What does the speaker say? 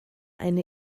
eine